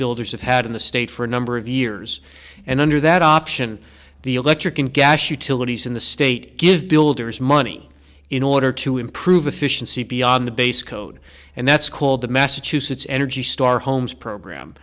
builders have had in the state for a number of years and under that option the electric and gas utilities in the state give builder's money in order to improve efficiency beyond the base code and that's called the massachusetts energy star homes program